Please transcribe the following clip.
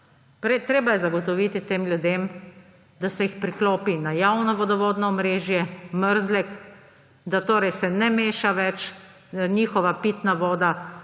Treba je zagotoviti tem ljudem, da se jih priklopi na javno vodovodno omrežje Mrzlek, da torej se ne meša več njihova pitna voda